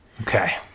Okay